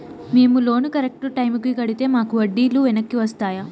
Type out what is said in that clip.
మేము loan correct టైముకి కట్టితే మాకు వడ్డీ లు వెనక్కి వస్తాయా?